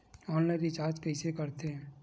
Online recharge कइसे करथे?